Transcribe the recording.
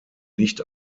nicht